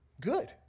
good